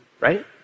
right